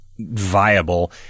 viable